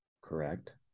Correct